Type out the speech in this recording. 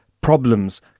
problems